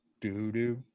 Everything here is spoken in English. Do-do